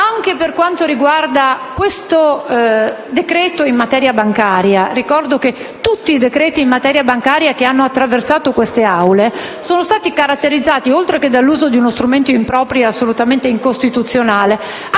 Anche per quanto riguarda questo decreto-legge in materia bancaria, ricordo che tutti i decreti-legge in materia bancaria che hanno attraversato queste Aule sono stati caratterizzati, oltre che dall'uso di uno strumento improprio e assolutamente incostituzionale,